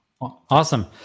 Awesome